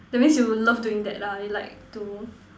that means you love doing that lah you like to